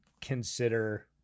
consider